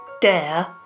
Dare